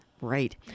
Right